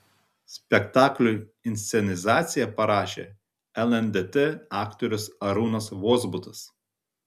spektakliui inscenizaciją parašė lndt aktorius arūnas vozbutas